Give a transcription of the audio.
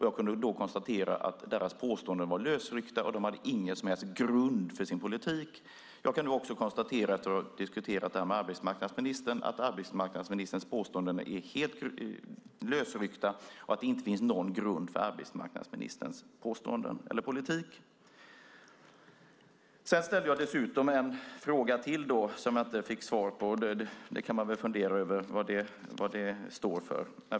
Jag kunde då konstatera att deras påståenden var lösryckta och att de inte hade någon som helst grund för sin politik. Jag kan nu också, efter att ha diskuterat detta med arbetsmarknadsministern, konstatera att arbetsmarknadsministerns påståenden är helt lösryckta och att det inte finns någon grund för arbetsmarknadsministerns politik. Jag ställde dessutom en ytterligare fråga som jag inte fick svar på - man kan väl fundera över vad det står för.